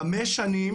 חמש שנים